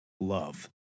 love